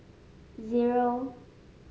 zero